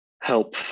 help